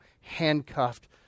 handcuffed